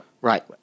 Right